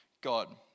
God